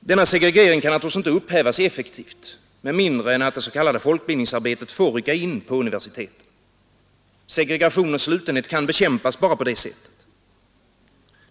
Denna segregering kan naturligtvis inte upphävas effektivt med mindre än det s.k. folkbildningsarbetet får rycka in på universiteten. Segregation och slutenhet kan bekämpas bara på det sättet.